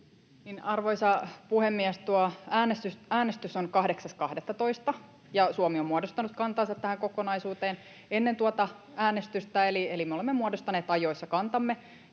arvoisa puhemies, tuo äänestys on 8.12., ja Suomi on muodostanut kantansa tähän kokonaisuuteen ennen tuota äänestystä, eli me olemme muodostaneet ajoissa kantamme.